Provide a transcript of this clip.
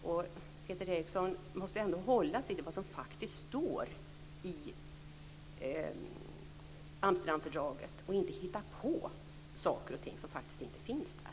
Peter Eriksson måste hålla sig till vad som faktiskt står i Amsterdamfördraget och inte hitta på saker som faktiskt inte finns där.